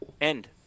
end